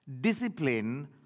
Discipline